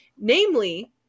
namely